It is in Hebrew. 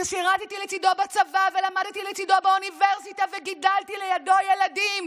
ששירתי לצידו בצבא ולמדתי לצידו באוניברסיטה וגידלתי לידו ילדים